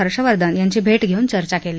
हर्षवर्धन यांची भेट घेऊन चर्चा केली